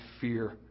fear